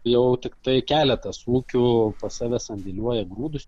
jau tiktai keletas ūkių pas save sandėliuoja grūdus